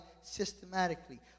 systematically